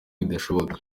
bidashoboka